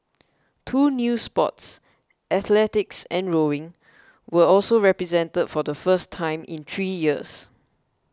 two new sports athletics and rowing were also represented for the first time in three years